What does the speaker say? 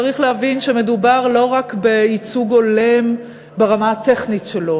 צריך להבין שמדובר לא רק בייצוג הולם ברמה הטכנית שלו.